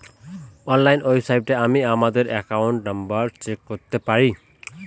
online ওয়েবসাইটে আমি আমাদের একাউন্ট নম্বর চেক করতে পারবো